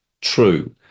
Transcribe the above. true